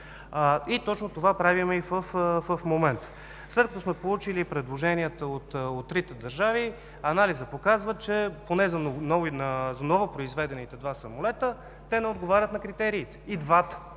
Точно това правим в момента. След като сме получили предложенията от трите държави, анализът показва, че – поне за новопроизведените два самолета – те не отговарят на критериите. И на двата